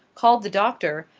called the doctor,